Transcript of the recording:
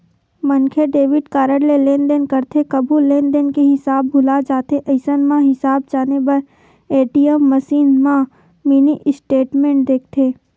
मनखे debit card ले लेनदेन करथे कभू लेनदेन के हिसाब भूला जाथे अइसन म हिसाब जाने बर ए.टी.एम मसीन म मिनी स्टेटमेंट देखथे